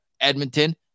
Edmonton